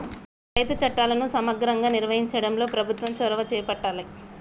రైతు చట్టాలను సమగ్రంగా నిర్వహించడంలో ప్రభుత్వం చొరవ చేపట్టాలె